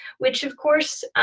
which, of course,